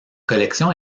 collection